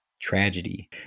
tragedy